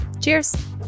Cheers